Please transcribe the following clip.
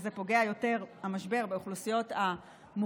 והמשבר פוגע יותר באוכלוסיות המוחלשות,